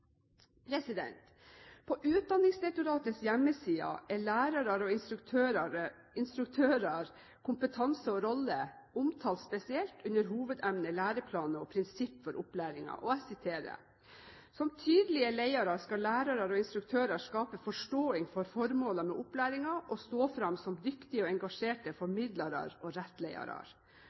På Utdanningsdirektoratets hjemmesider er «Lærarar og instruktørar – kompetanse og rolle» omtalt spesielt under hovedemne Læreplaner og Prinsipp for opplæringa: «Som tydelege leiarar skal lærarar og instruktørar skape forståing for formåla med opplæringa og stå fram som dyktige og engasjerte formidlarar og rettleiarar.»